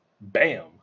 bam